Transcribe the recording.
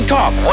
Talk